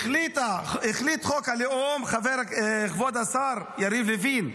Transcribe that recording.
החליט כבוד השר יריב לוין,